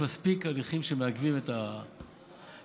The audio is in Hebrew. יש מספיק הליכים שמעכבים את הסטטוטוריקה.